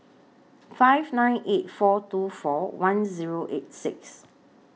five nine eight four two four one Zero eight six